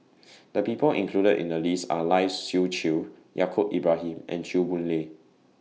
The People included in The list Are Lai Siu Chiu Yaacob Ibrahim and Chew Boon Lay